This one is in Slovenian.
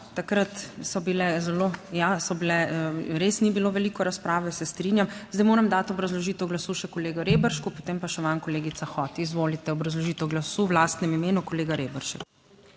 takrat so bile zelo, ja, so bile, res ni bilo veliko razprave, se strinjam. Zdaj moram dati obrazložitev glasu še kolegu Reberšku, potem pa še vam, kolegica Hot. Izvolite obrazložitev glasu v lastnem imenu, kolega Reberšek.